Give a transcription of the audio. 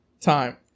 time